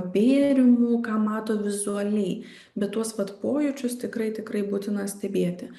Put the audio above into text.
bėrimų ką mato vizualiai bet tuos vat pojūčius tikrai tikrai būtina stebėti